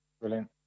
Brilliant